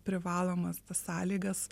privalomas tas sąlygas